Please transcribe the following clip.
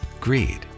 Greed